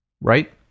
Right